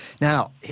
now